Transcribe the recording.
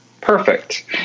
Perfect